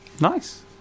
nice